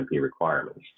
requirements